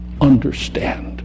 understand